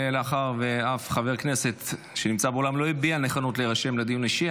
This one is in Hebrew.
מאחר שאף חבר כנסת שנמצא באולם לא הביע נכונות להירשם לדיון אישי,